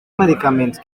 medicaments